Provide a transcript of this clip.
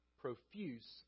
Profuse